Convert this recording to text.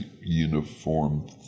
uniform